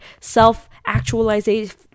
self-actualization